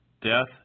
death